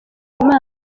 imana